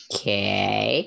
Okay